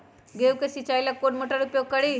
गेंहू के सिंचाई ला कौन मोटर उपयोग करी?